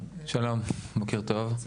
שלום, בוקר טוב,